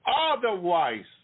Otherwise